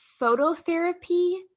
phototherapy